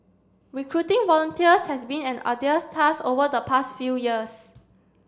recruiting volunteers has been an arduous task over the past few years